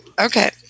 Okay